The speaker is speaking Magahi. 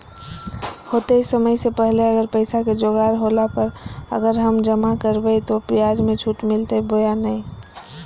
होतय समय से पहले अगर पैसा के जोगाड़ होला पर, अगर हम जमा करबय तो, ब्याज मे छुट मिलते बोया नय?